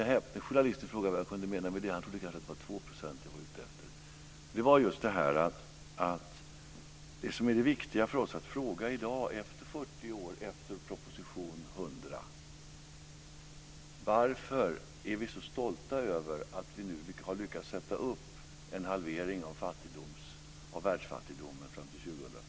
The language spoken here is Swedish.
Den häpne journalisten frågade vad jag menade med det - han trodde kanske att jag var ute efter 2 %. Det var just det här att det som är det viktiga för oss är att fråga, i dag, efter 40 år, efter proposition 100: Varför är vi så stolta över att vi nu har lyckats sätta upp en halvering av världsfattigdomen fram till 2015 överst på listan?